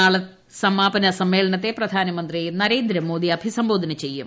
നാളെ സമാപന സമ്മേളനത്തെ പ്രധാനമന്ത്രി നരേന്ദ്രമോദി അഭിസംബോധന ചെയ്യും